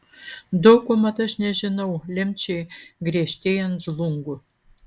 daug ko mat aš nežinau lemčiai griežtėjant žlungu